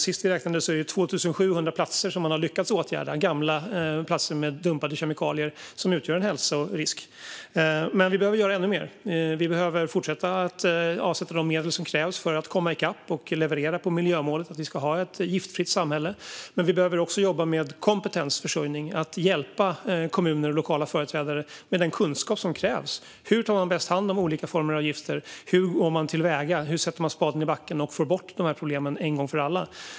Senast vi räknade var det 2 700 gamla platser med dumpade kemikalier, som utgör en hälsorisk, som man hade lyckats åtgärda. Men vi behöver göra ännu mer. Vi behöver fortsätta att avsätta de medel som krävs för att komma i kapp och leverera i fråga om miljömålet ett giftfritt samhälle. Vi behöver också jobba med kompetensförsörjning och hjälpa kommuner och lokala företrädare med den kunskap som krävs om hur man bäst tar hand om olika former av gifter, hur man går till väga, hur man sätter spaden i backen och får bort de här problemen en gång för alla.